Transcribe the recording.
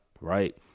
right